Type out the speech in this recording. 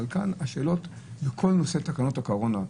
כאן כל נושא תקנות הקורונה,